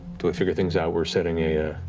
till we figure things out, we're setting a